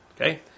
Okay